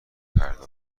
پرده